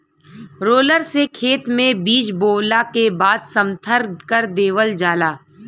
roller से खेत में बीज बोवला के बाद समथर कर देवल जाला